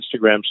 Instagram